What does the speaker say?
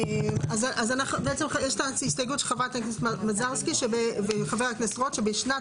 יש את ההסתייגות של חברת הכנסת מזרסקי ושל חבר הכנסת רוט שבשנת